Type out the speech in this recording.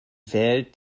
welt